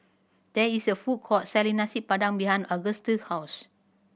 there is a food court selling Nasi Padang behind Auguste's house